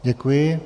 Děkuji.